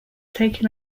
taken